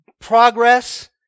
progress